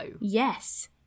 Yes